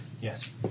Yes